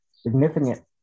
significant